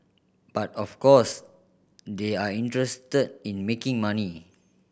but of course they are interested in making money